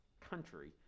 country